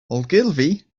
ogilvy